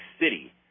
City